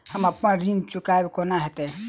हम अप्पन ऋण चुकाइब कोना हैतय?